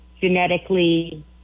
genetically